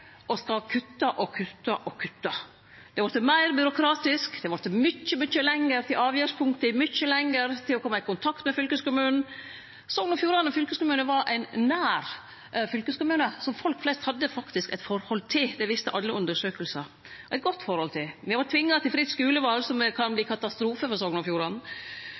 og skal kutte og kutte og kutte. Det har vorte meir byråkratisk, det har vorte mykje, mykje lenger til avgjerdspunkta, mykje lenger for å kome i kontakt med fylkeskommunen. Sogn og Fjordane fylkeskommune var ein nær fylkeskommune som folk flest faktisk hadde eit godt forhold til – det viste alle undersøkingar. Me vart tvinga til fritt skuleval, som kan verte ein katastrofe for Sogn og Fjordane,